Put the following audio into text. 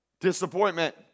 Disappointment